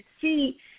see